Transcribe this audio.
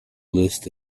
list